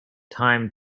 time